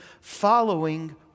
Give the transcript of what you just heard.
following